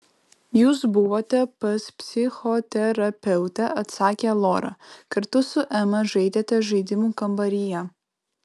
jūs buvote pas psichoterapeutę atsakė lora kartu su ema žaidėte žaidimų kambaryje